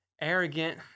arrogant